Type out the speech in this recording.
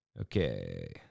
Okay